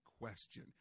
question